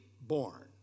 born